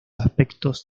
aspectos